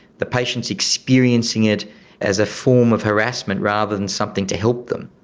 the patient is experiencing it as form of harassment rather than something to help them.